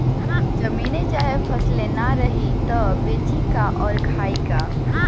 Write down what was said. जमीने चाहे फसले ना रही त बेची का अउर खाई का